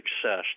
success